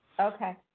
Okay